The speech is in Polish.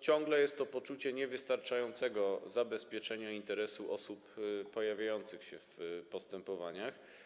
ciągle jest to poczucie niewystarczającego zabezpieczenia interesu osób pojawiających się w postępowaniach.